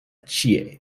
ĉie